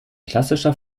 klassischer